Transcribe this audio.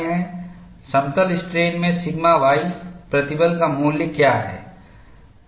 क्या है समतल स्ट्रेन में सिग्मा y प्रतिबल का मूल्य क्या है